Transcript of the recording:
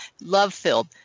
love-filled